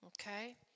okay